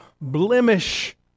blemish